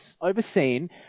overseen